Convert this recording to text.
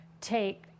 take